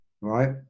right